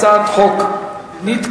הצעת חוק נתקבלה,